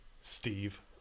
Steve